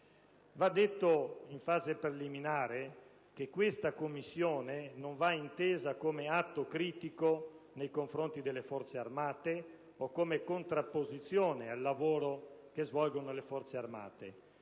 Va detto in via preliminare che questa Commissione non va intesa come atto critico nei confronti delle Forze armate o come contrapposizione al lavoro che queste svolgono. Essa muove